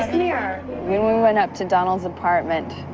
here when we went up to donald's apartment,